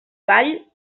gall